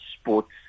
sports